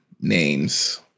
names